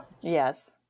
yes